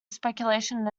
speculation